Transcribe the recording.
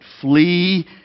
flee